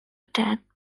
track